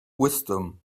wisdom